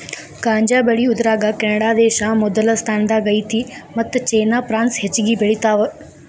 ಗಾಂಜಾ ಬೆಳಿಯುದರಾಗ ಕೆನಡಾದೇಶಾ ಮೊದಲ ಸ್ಥಾನದಾಗ ಐತಿ ಮತ್ತ ಚೇನಾ ಪ್ರಾನ್ಸ್ ಹೆಚಗಿ ಬೆಳಿತಾವ